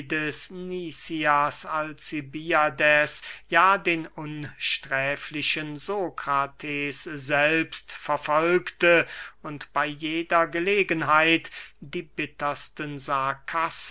alcibiades ja den unsträflichen sokrates selbst verfolgte und bey jeder gelegenheit die bittersten